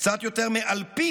קצת יותר מאלפית